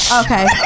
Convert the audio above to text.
Okay